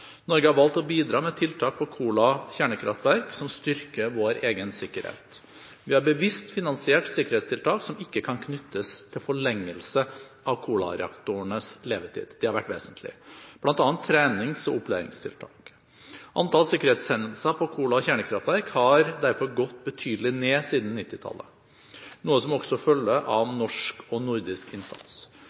Norge har valgt å bidra med tiltak på Kola kjernekraftverk som styrker vår egen sikkerhet. Vi har bevisst finansiert sikkerhetstiltak som ikke kan knyttes til forlengelse av Kola-reaktorenes levetid, bl.a. trenings- og opplæringstiltak. Det har vært vesentlig. Antall sikkerhetshendelser på Kola kjernekraftverk har derfor gått betydelig ned siden 1990-tallet, noe som også følger av norsk og nordisk innsats.